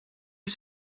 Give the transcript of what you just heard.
you